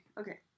okay